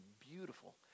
beautiful